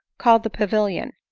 called the pavilion,